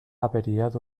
averiado